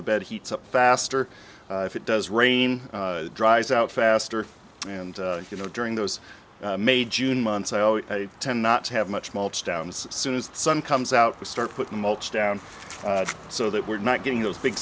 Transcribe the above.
the bed heats up faster if it does rain dries out faster and you know during those may june months i always tend not to have much mulch down as soon as the sun comes out we start putting mulch down so that we're not getting those big